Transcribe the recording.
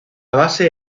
base